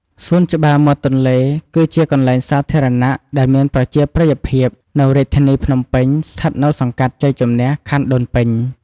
សួនច្បារមាត់ទន្លេគឺជាកន្លែងសាធារណៈដែលមានប្រជាប្រិយភាពនៅរាជធានីភ្នំពេញ ស្ថិតនៅសង្កាត់ជ័យជំនះ ខណ្ឌដូនពេញ។